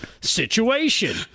situation